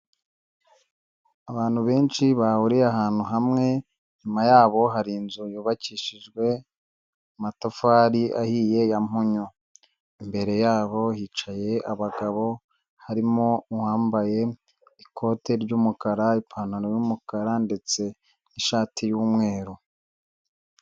Abantu benshi bahuriye ahantu hamwe, nyuma yabo ya hari inzu yubakishijwe amatafari ahiye ya mpunyu. Imbere yabo hicaye abagabo, harimo uwambaye ikote ry'umukara, ipantaro yumukara ndetse n'ishati y'umweru.